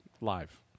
live